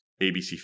ABC